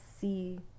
see